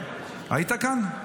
היית כאן?